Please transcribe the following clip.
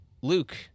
Luke